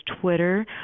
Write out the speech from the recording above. Twitter